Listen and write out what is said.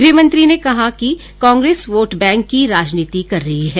गृह मंत्री ने कहा कि कांग्रेस वोट बैंक की राजनीति कर रही है